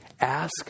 ask